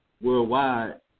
worldwide